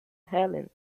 helen